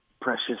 precious